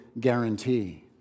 guarantee